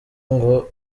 ngo